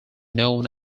known